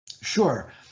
Sure